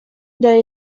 there